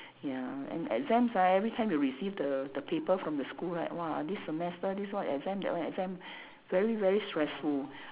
ya and exams right every time you receive the the paper from the school right !wah! this semester this one exam that one exam very very stressful